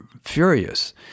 furious